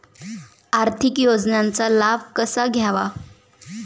आर्थिक योजनांचा लाभ कसा घ्यावा?